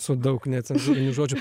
su daug necenzūrinių žodžių